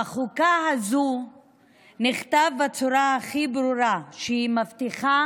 בחוקה הזו נכתב בצורה הכי ברורה שהיא מבטיחה